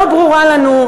לא ברור לנו,